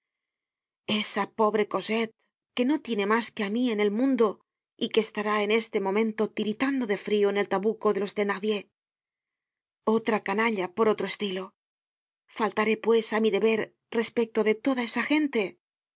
esa pobre cosette que no tiene mas que á mí en el mundo y que estará en este momento tiritando de frio en el tabuco delos thenardier otra canalla por otro estilo faltaré pues á mi deber respecto de toda esta gente